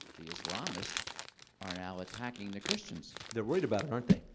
the islamists are now attacking the christians. they're worried about it, aren't they?